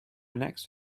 next